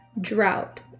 drought